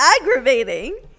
aggravating